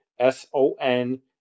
S-O-N